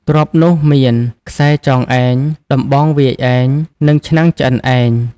ទ្រព្យនោះមាន ខ្សែចងឯង ដំបងវាយឯង និងឆ្នាំងឆ្អិនឯង។